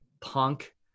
punk